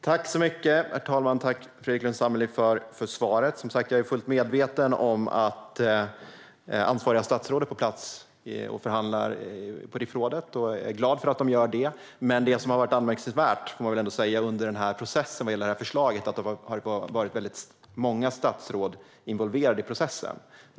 Herr talman! Tack, Fredrik Lundh Sammeli, för svaret! Jag är som sagt fullt medveten om att ansvariga statsråd är på plats och förhandlar på RIF-rådet. Jag är glad att de gör det. Men det som är anmärkningsvärt vad gäller det här förslaget är att det har varit väldigt många statsråd involverade i processen.